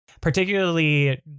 particularly